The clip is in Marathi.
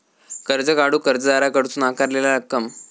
कर्ज काढूक कर्जदाराकडसून आकारलेला रक्कम